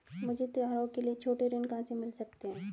मुझे त्योहारों के लिए छोटे ऋण कहां से मिल सकते हैं?